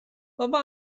بابا